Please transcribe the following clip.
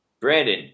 Brandon